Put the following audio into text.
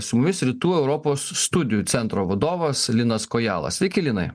su mumis rytų europos studijų centro vadovas linas kojala sveiki linai